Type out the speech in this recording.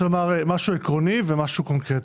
משהו עקרוני ומשהו קונקרטי.